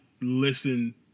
listen